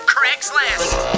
Craigslist